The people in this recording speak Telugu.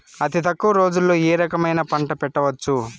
అతి తక్కువ రోజుల్లో ఏ రకమైన పంట పెంచవచ్చు?